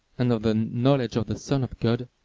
and of the knowledge of the son of god,